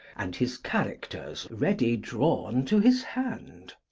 and his characters ready drawn to his hand.